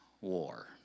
war